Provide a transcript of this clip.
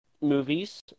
movies